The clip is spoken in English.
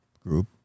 Group